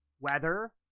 Weather